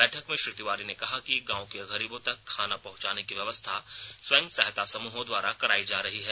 बैठक में श्री तिवारी ने कहा कि गांव के गरीबों तक खाना पहुंचाने की व्यवस्था स्वयं सहायता समूहों द्वारा करायी जा रही है